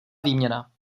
výměna